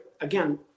Again